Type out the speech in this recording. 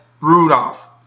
Rudolph